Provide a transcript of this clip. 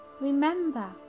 Remember